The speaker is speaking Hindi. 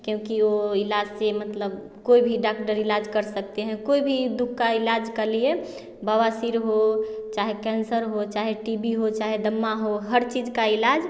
क्योंकि वो इलाज से मतलब कोई भी डाक्टर इलाज कर सकते हैं कोई भी दु ख का इलाज क लिए बवासीर हो चाहे केंसर हो चाहे टी बी हो चाहे दमा हो हर चीज़ का इलाज